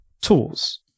tools